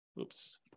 oops